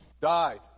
died